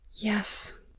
Yes